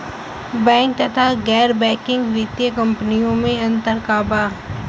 Bank तथा गैर banking वित्तीय कम्पनीयो मे अन्तर का बा?